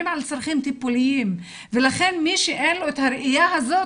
על צרכים טיפוליים ולכן מי שאין לו את הראיה הזאת,